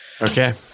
Okay